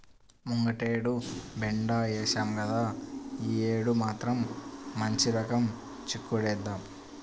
ముంగటేడు బెండ ఏశాం గదా, యీ యేడు మాత్రం మంచి రకం చిక్కుడేద్దాం